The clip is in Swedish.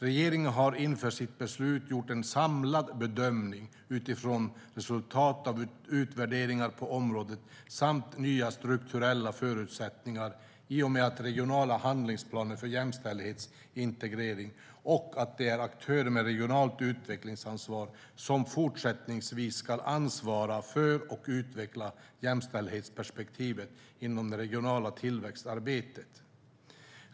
Regeringen har inför sitt beslut gjort en samlad bedömning, utifrån resultat av utvärderingar på området samt nya strukturella förutsättningar i och med regionala handlingsplaner för jämställdhetsintegrering och att det är aktörer med regionalt utvecklingsansvar som fortsättningsvis ska ansvara för och utveckla jämställdhetsperspektivet inom det regionala tillväxtarbetet.